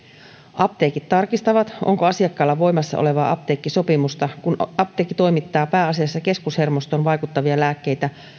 apteekit tarkistavat onko asiakkaalla voimassa olevaa apteekkisopimusta kun apteekki toimittaa pääasiassa keskushermostoon vaikuttavia lääkkeitä